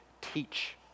teach